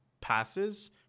passes